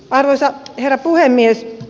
arvoisa herra puhemies